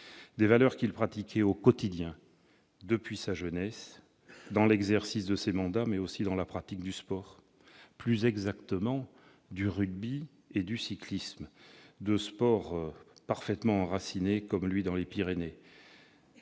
Ces valeurs, il les pratiquait au quotidien depuis sa jeunesse, dans l'exercice de ses mandats, mais aussi dans la pratique du sport, plus exactement du rugby et du cyclisme, deux sports parfaitement enracinés, comme lui, dans les Pyrénées.